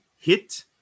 hit